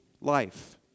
life